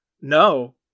no